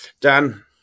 Dan